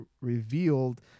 revealed